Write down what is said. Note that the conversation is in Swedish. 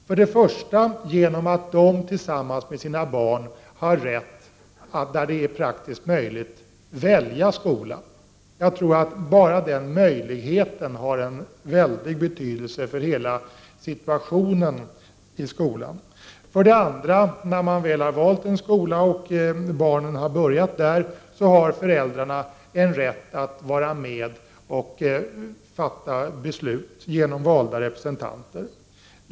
För det första genom att de tillsammans med sina barn har rätt att, där det är praktiskt möjligt, välja skola. Jag tror att bara den möjligheten har en väldig betydelse för hela situationen i skolan. För det andra har föräldrarna när man väl har valt en skola och barnen har börjat där, rätt att vara med och fatta beslut genom valda representanter.